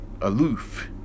aloof